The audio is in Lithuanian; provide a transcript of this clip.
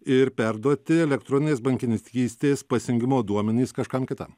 ir perduoti elektroninės bankininkystės pasijungimo duomenys kažkam kitam